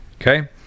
Okay